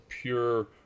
pure